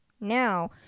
now